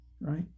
right